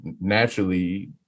naturally